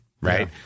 Right